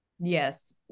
Yes